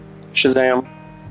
Shazam